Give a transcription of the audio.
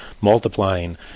multiplying